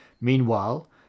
Meanwhile